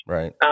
Right